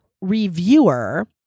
reviewer